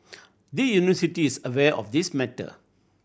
the University is aware of this matter